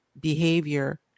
behavior